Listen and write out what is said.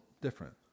different